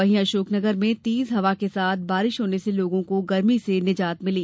वहीं अशोकनगर में तेज हवा के साथ बारिश होने से लोगों को गर्मी से निजात मिली